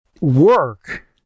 work